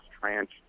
tranche